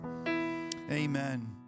Amen